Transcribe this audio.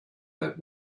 that